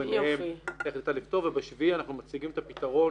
ביניהם איך ניתן לפתור וב-7 אנחנו מציגים את הפתרון,